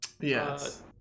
Yes